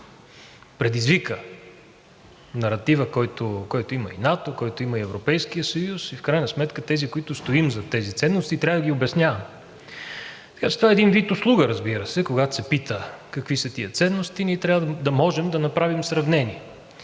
предизвика наратива, който има и НАТО, който има и Европейският съюз. В крайна сметка тези, които стоим зад тези ценности, трябва да ги обясняваме. Така че това е един вид услуга, разбира се. Когато се пита – какви са тези ценности, ние трябва да можем да направим сравнение.